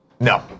No